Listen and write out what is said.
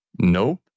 nope